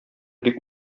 бик